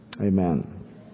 Amen